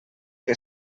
que